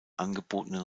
angebotenen